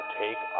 take